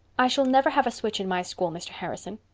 i shall never have a switch in my school, mr. harrison.